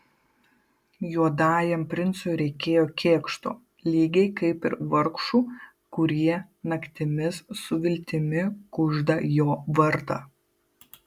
juodajam princui reikėjo kėkšto lygiai kaip ir vargšų kurie naktimis su viltimi kužda jo vardą